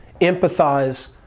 empathize